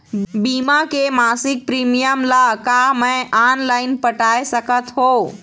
बीमा के मासिक प्रीमियम ला का मैं ऑनलाइन पटाए सकत हो?